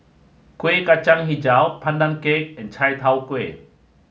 Kueh Kacang Hijau Pandan cake and Chai Tow Kway